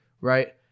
right